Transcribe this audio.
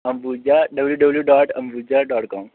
Ambuja WWW dot Ambuja dot काम